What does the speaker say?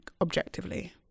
objectively